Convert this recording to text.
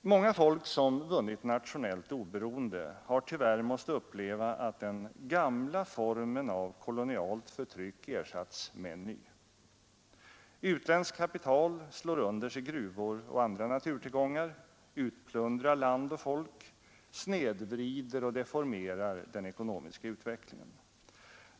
Många folk som vunnit nationellt oberoende har tyvärr måst uppleva Nr 48 att den gamla formen av kolonialt förtryck ersatts med en ny. Utländskt Onsdagen den kapital slår under sig gruvor och andra naturtillgångar, utplundrar land 21 mars 1973 och folk, snedvrider och deformerar den ekonomiska utvecklingen.